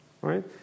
Right